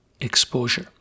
exposure